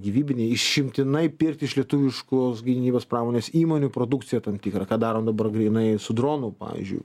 gyvybiniai išimtinai pirkti iš lietuviškos gynybos pramonės įmonių produkciją tam tikrą ką daro dabar grynai su dronu pavyzdžiui